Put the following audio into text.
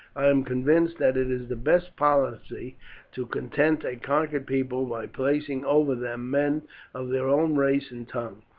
i am convinced that it is the best policy to content a conquered people by placing over them men of their own race and tongue,